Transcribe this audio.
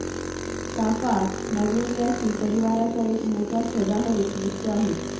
चाफा मॅग्नोलियासी परिवाराचा एक मोठा सदाहरित वृक्ष आहे